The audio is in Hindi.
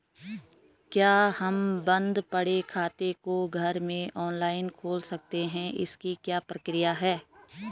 क्या हम बन्द पड़े खाते को घर में ऑनलाइन खोल सकते हैं इसकी क्या प्रक्रिया है?